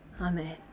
Amen